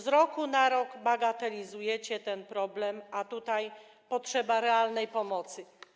Z roku na rok bagatelizujecie ten problem, a tutaj potrzeba realnej pomocy.